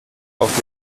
auf